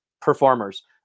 performers